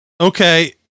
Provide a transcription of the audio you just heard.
Okay